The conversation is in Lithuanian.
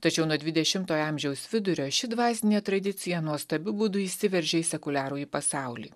tačiau nuo dvidešimtojo amžiaus vidurio ši dvasinė tradicija nuostabiu būdu įsiveržė į sekuliarųjį pasaulį